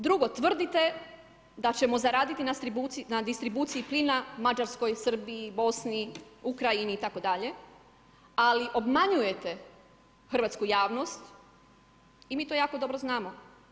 Drugo, tvrdite da ćemo zaraditi na distribuciji plina Mađarskoj, Srbiji, Bosni, Ukrajini itd., ali obmanjujete hrvatsku javnost i mi to jako dobro znamo.